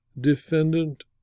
defendant